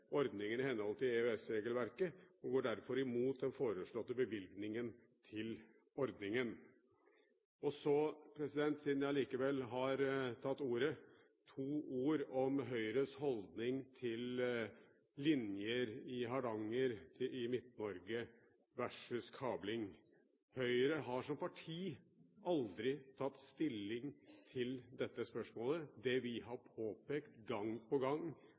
ordningen iht. EØS-regelverket, og går derfor imot den foreslåtte bevilgningen til ordningen.» Og så, siden jeg likevel har tatt ordet, to ord om Høyres holdning til linjer i Hardanger og i Midt-Norge versus kabling. Høyre har som parti aldri tatt stilling til dette spørsmålet. Det vi har påpekt gang på gang,